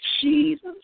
Jesus